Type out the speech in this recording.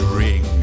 ring